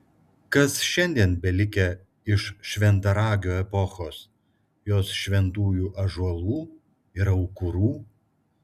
kas šiandien belikę iš šventaragio epochos jos šventųjų ąžuolų ir aukurų